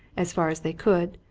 as far as they could,